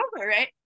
right